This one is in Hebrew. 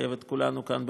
שמחייב את כולנו כאן,